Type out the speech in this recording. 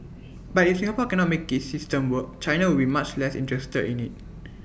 but if Singapore cannot make its system work China will be much less interested in IT